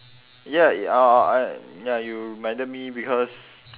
ya uh uh uh ya you reminded me because